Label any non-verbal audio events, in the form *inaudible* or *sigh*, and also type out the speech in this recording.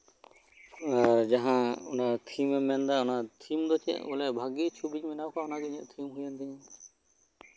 ᱟᱨ ᱡᱟᱦᱟᱸ ᱚᱱᱟ ᱛᱷᱤᱢ ᱮᱢ ᱢᱮᱱ ᱮᱫᱟ ᱛᱷᱤᱢ ᱫᱚ ᱪᱮᱫ ᱵᱚᱞᱮ ᱵᱷᱟᱹᱜᱤ ᱜᱮ ᱪᱷᱚᱵᱤᱢ ᱵᱮᱱᱟᱣ ᱠᱚᱣᱟ ᱚᱱᱟᱜᱮ ᱤᱧᱟᱜ *unintelligible* ᱛᱷᱤᱢ ᱦᱳᱭᱮᱱ ᱛᱤᱧᱟ